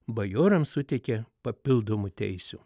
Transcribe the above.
bajorams suteikė papildomų teisių